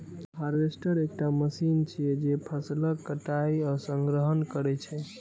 harvester एकटा machine छियै, जे फसलक कटाइ आ संग्रहण करै छै